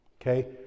Okay